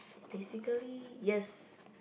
basically yes